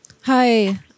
Hi